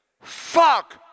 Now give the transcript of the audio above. Fuck